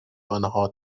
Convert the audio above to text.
آنها